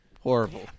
Horrible